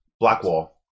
Blackwall